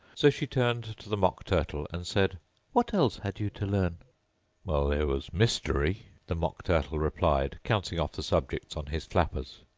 so she turned to the mock turtle, and said what else had you to learn well, there was mystery the mock turtle replied, counting off the subjects on his flappers,